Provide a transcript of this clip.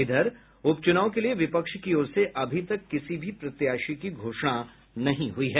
इधर उप चुनवा के लिए विपक्ष की ओर से अभी तक किसी भी प्रत्याशी की घोषणा नहीं हुई है